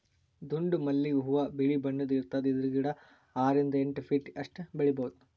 ದುಂಡ್ ಮಲ್ಲಿಗ್ ಹೂವಾ ಬಿಳಿ ಬಣ್ಣದ್ ಇರ್ತದ್ ಇದ್ರ್ ಗಿಡ ಆರರಿಂದ್ ಎಂಟ್ ಫೀಟ್ ಅಷ್ಟ್ ಬೆಳಿಬಹುದ್